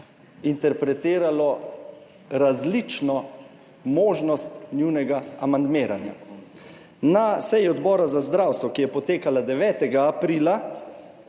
interpretiralo različno možnost njunega amandmiranja. Na seji Odbora za zdravstvo, ki je potekala 9. aprila